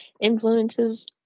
influences